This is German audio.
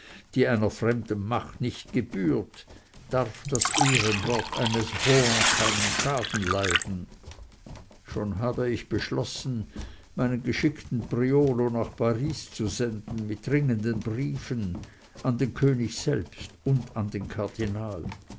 die einer fremden macht nicht gebührt darf das ehrenwort eines rohan keinen schaden leiden schon habe ich beschlossen meinen geschickten priolo nach paris zu senden mit dringenden briefen an den könig selbst und an den kardinal